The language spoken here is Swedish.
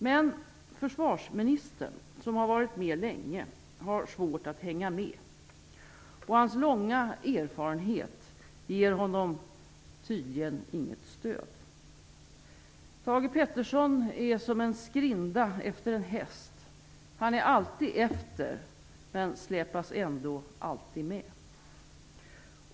Men försvarsministern, som har varit med länge, har svårt att hänga med. Hans långa erfarenhet ger honom tydligen inget stöd. Thage G Peterson är som en skrinda efter en häst: Han är alltid efter, men släpas ändå alltid med.